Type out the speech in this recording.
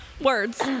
Words